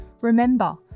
Remember